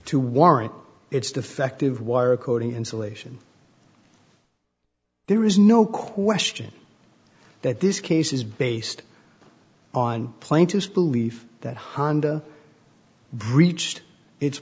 to warrant its defective wire according insulation there is no question that this case is based on plaintiff's belief that honda breached its